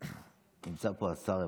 נמצא פה השר וסרלאוף.